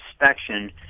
inspection